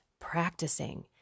practicing